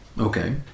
Okay